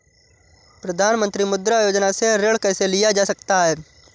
प्रधानमंत्री मुद्रा योजना से ऋण कैसे लिया जा सकता है?